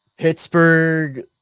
Pittsburgh